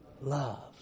Love